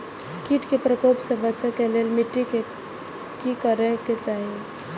किट के प्रकोप से बचाव के लेल मिटी के कि करे के चाही?